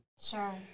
Sure